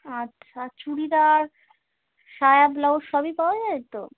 আচ্ছা চুড়িদার সায়া ব্লাউজ সবই পাওয়া যায় তো